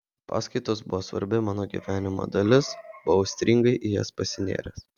paskaitos buvo svarbi mano gyvenimo dalis buvau aistringai į jas pasinėręs